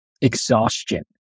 exhaustion